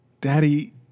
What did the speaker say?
Daddy